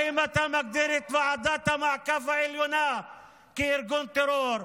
האם אתה מגדיר את ועדת המעקב העליונה כארגון טרור?